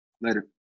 later